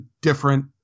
different